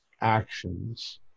Actions